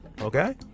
okay